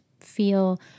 feel